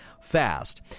fast